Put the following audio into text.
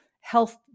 health